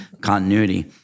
continuity